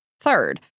Third